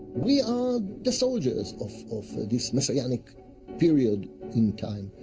we are the soldiers of of this messianic period in time.